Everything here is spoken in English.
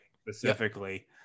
specifically